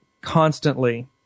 constantly